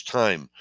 time